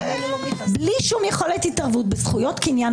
בוקר טוב.